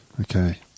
Okay